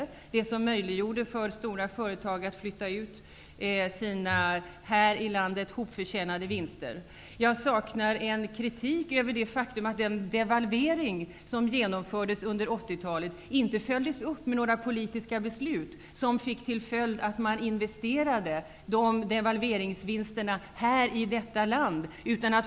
Det blev det som möjliggjorde för stora företag att flytta ut sina här i landet intjänade vinster. Jag saknar en kritik mot det faktum att den devalvering som genomfördes under 80-talet inte följdes upp med några politiska beslut som ledde till att vinsterna från devalveringen investerades i detta land.